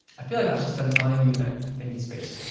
i feel like that's just them telling you that they need space